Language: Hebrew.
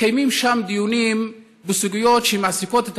מתקיימים שם דיונים בסוגיות שמעסיקות את